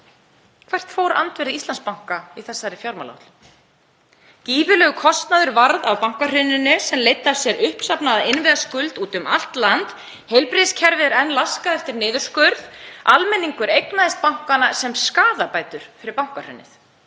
Hvert fór andvirði Íslandsbanka í þessari fjármálaáætlun? Gífurlegur kostnaður varð af bankahruninu sem leiddi af sér uppsafnaða innviðaskuld úti um allt land. Heilbrigðiskerfið er enn laskað eftir niðurskurð. Almenningur eignaðist bankana sem skaðabætur fyrir bankahrunið.